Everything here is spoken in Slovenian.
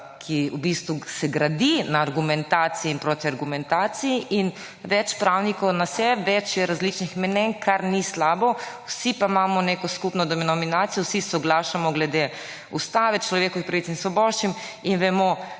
se v bistvu gradi na argumentaciji in protiargumentaciji in več pravnikov nas je, več je različnih mnenj, kar ni slabo, vsi pa imamo neko nominacijo, vsi soglašamo glede ustave, človekovih pravic in svoboščin in vemo,